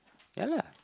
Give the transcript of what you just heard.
yeah lah